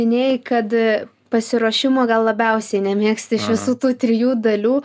minėjai kad pasiruošimo gal labiausiai nemėgsti iš visų tų trijų dalių